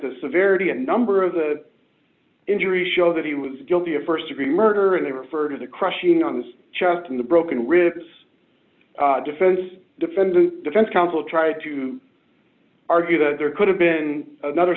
the severity and number of the injury show that he was guilty of st degree murder and they refer to the crushing on this just in the broken ribs defense defendant defense counsel tried to argue that there could have been another